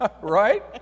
Right